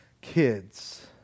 kids